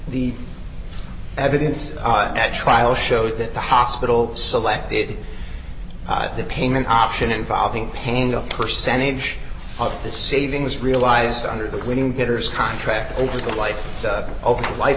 the evidence at trial showed that the hospital selected the payment option involving paying a percentage of the savings realized under the winning bidders contract over the life over the life